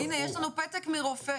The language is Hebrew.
הנה, יש לנו פתק מרופא.